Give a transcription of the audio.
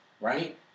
right